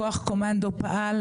כוח קומנדו פעל,